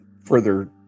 further